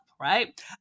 right